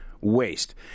waste